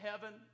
heaven